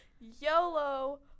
YOLO